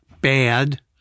bad